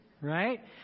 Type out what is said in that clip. Right